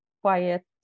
quiet